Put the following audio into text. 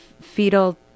fetal